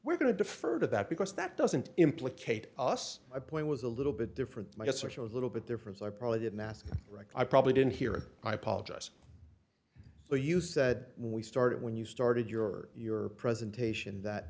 we're going to defer to that because that doesn't implicate us i point was a little bit different i guess or a little bit difference i probably didn't ask i probably didn't hear i apologize but you said when we started when you started your your presentation that